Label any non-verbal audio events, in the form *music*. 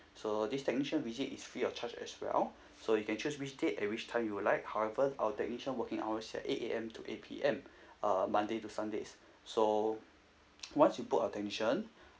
so this technician visit is free of charge as well *breath* so you can choose which date and which time you would like however our technician working hours is at eight A_M to eight P_M *breath* uh monday to sundays so *noise* once you booked a technician *breath*